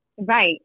Right